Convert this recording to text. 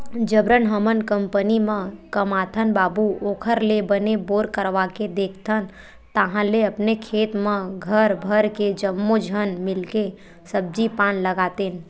जबरन हमन कंपनी म कमाथन बाबू ओखर ले बने बोर करवाके देखथन ताहले अपने खेत म घर भर के जम्मो झन मिलके सब्जी पान लगातेन